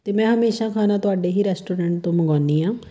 ਅਤੇ ਮੈਂ ਹਮੇਸ਼ਾ ਖਾਣਾ ਤੁਹਾਡੇ ਹੀ ਰੈਸਟੋਰੈਂਟ ਤੋਂ ਮੰਗਵਾਉਂਦੀ ਹਾਂ